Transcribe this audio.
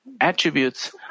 attributes